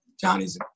Johnny's